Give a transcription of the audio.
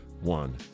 one